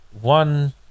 one